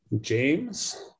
James